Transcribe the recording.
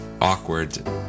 Awkward